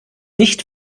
nicht